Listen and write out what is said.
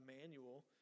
manual